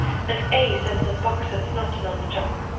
and a. sent a box of nutmilk choc.